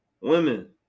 Women